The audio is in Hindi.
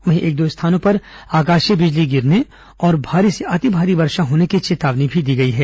वहीं एक दो स्थानों पर आकाशीय बिजली गिरने और भारी से अतिभारी वर्षा होने की चेतावनी दी गई है